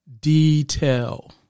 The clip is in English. detail